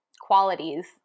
qualities